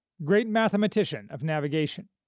great mathematician of navigation.